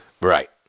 Right